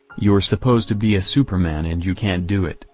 you're supposed to be a superman and you can't do it,